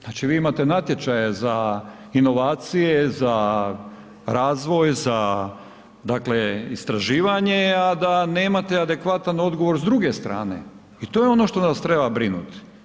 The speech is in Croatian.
Znači vi imate natječaje za inovacije, za razvoj, za dakle istraživanje a da nemate adekvatan odgovor s druge strane i to je ono što nas treba brinuti.